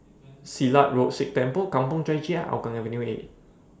Silat Road Sikh Temple Kampong Chai Chee and Hougang Avenue B